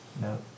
No